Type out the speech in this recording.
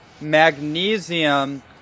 magnesium